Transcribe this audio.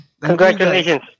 Congratulations